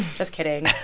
just kidding.